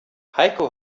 heiko